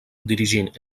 dirigint